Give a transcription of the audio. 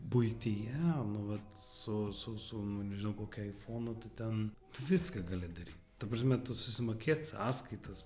buityje nu vat su su su nežinau kokiu aifonu tu ten tu viską gali dary ta prasme tu susimokėt sąskaitas